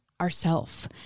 ourself